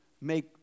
make